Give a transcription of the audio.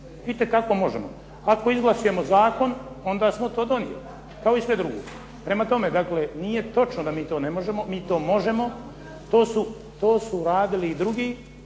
Itekako možemo. Ako izglasujemo zakon onda smo to donijeli kao i sve drugo. Prema tome dakle, nije točno da mi to ne možemo, mi to možemo. To su radili i drugi,